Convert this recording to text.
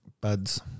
buds